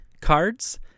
cards